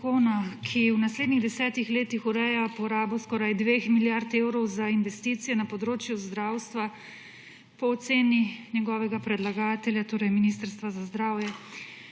ki v naslednjih desetih letih ureja porabo skoraj dveh milijard evrov za investicije na področju zdravstva, po oceni njegovega predlagatelja, torej Ministrstva za zdravje,